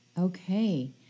Okay